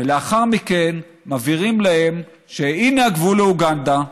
ולאחר מכן מבהירים להם: הינה הגבול לאוגנדה.